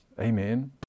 Amen